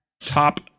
Top